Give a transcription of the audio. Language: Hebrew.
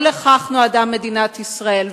לא לכך נועדה מדינת ישראל.